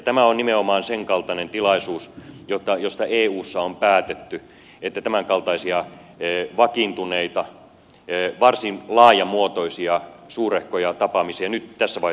tämä on nimenomaan senkaltainen tilaisuus josta eussa on päätetty että tämänkaltaisia vakiintuneita varsin laajamuotoisia suurehkoja tapaamisia nyt tässä vaiheessa pyrittäisiin välttämään